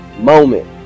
moment